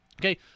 Okay